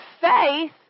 faith